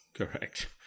Correct